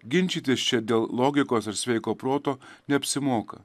ginčytis čia dėl logikos ir sveiko proto neapsimoka